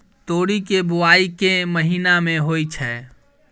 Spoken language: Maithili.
तोरी केँ बोवाई केँ महीना मे होइ छैय?